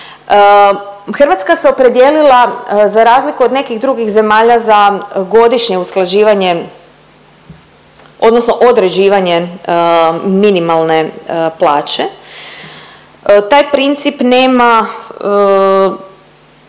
Hrvatska se opredijelila za razliku od nekih drugih zemalja za godišnje usklađivanje odnosno određivanje minimalne plaće. Taj princip nema